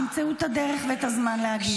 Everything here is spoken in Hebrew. אחרי זה תמצאו את הדרך ואת הזמן להגיב.